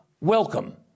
welcome